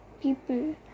people